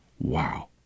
Wow